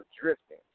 Drifting